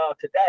today